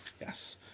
Yes